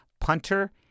punter